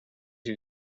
you